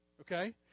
Okay